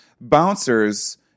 Bouncers